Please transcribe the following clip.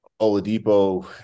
Oladipo